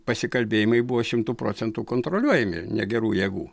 pasikalbėjimai buvo šimtu procentu kontroliuojami negerų jėgų